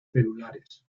celulares